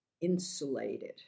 insulated